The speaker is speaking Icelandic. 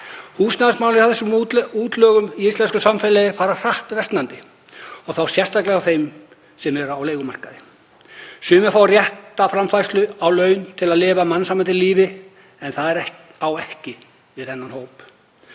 Húsnæðismálin hjá þessum útlögum í íslensku samfélagi fara hratt versnandi og þá sérstaklega hjá þeim sem eru á leigumarkaði. Sumir fá rétta framfærslu á laun til að lifa mannsæmandi lífi, en það á ekki við þennan hóp.